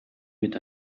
mit